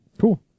Cool